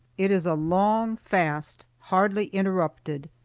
it is a long fast, hardly interrupted,